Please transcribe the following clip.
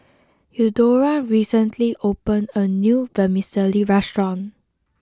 Eudora recently opened a new Vermicelli restaurant